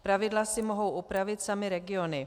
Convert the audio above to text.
Pravidla si mohou upravit samy regiony.